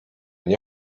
nie